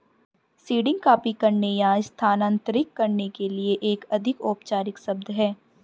seeding copy करने या स्थानांतरित करने के लिए एक अधिक औपचारिक शब्द है